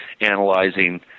analyzing